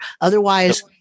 Otherwise